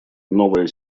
новая